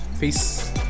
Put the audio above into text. Peace